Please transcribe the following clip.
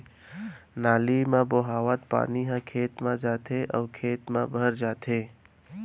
नाली म बोहावत पानी ह खेत म आथे अउ खेत म भर जाथे